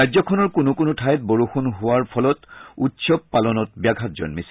ৰাজ্যখনৰ কোনো কোনো ঠাইত বৰষুণ হোৱাৰ ফলত উৎসৱ পালনত ব্যাঘাত জন্মিছে